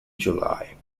july